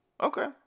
Okay